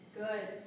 Good